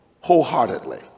wholeheartedly